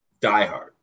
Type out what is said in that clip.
diehard